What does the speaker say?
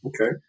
Okay